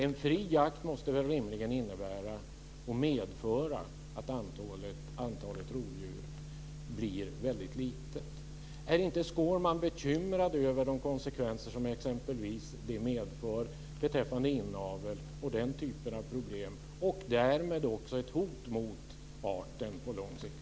En fri jakt måste väl rimligen innebära och medföra att antalet rovdjur blir väldigt litet. Är inte Skårman bekymrad över de konsekvenser som det medför beträffande inavel och den typen av problem? Det innebär ju också ett hot mot arten på lång sikt.